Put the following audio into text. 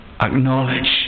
acknowledge